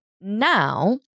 now